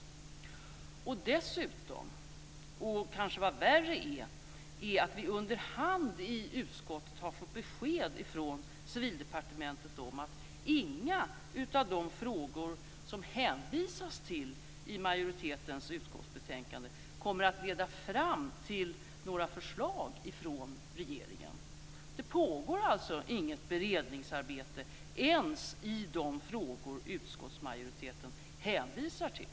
Vad som dessutom kanske är värre är att vi under hand i utskottet har fått besked från Civildepartementet om att inga av de frågor som det hänvisas till i utskottsbetänkandet kommer att leda fram till några förslag från regeringen. Det pågår alltså inget beredningsarbete ens i de frågor som utskottsmajoriteten hänvisar till.